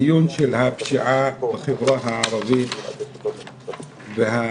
הדיון של הפשיעה בחברה הערבית והדברים